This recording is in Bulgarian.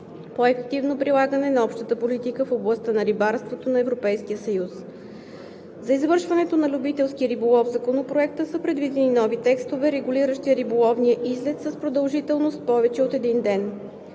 по-ефективно прилагане на Общата политика в областта на рибарството на Европейския съюз. За извършването на любителски риболов в Законопроекта са предвидени нови текстове, регулиращи риболовния излет с продължителност повече от един ден.